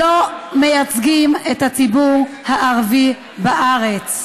לא מייצגים את הציבור הערבי בארץ,